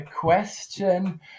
question